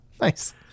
Nice